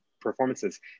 performances